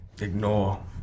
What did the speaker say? ignore